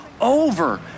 over